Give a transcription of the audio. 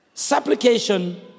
Supplication